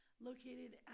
located